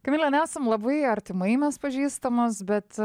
kamile nesam labai artimai mes pažįstamos bet